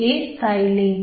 A xylene